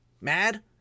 mad